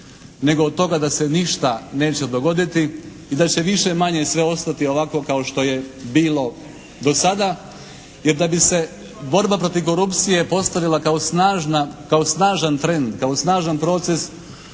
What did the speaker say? nego od toga da se ništa neće dogoditi i da će više-manje sve ostati ovako kao što je bilo do sada. Jer da bi se borba protiv korupcije postavila kao snažan trend, kao snažan proces